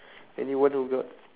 anyone who got